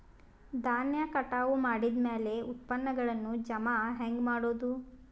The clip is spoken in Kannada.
ಧಾನ್ಯ ಕಟಾವು ಮಾಡಿದ ಮ್ಯಾಲೆ ಉತ್ಪನ್ನಗಳನ್ನು ಜಮಾ ಹೆಂಗ ಮಾಡೋದು?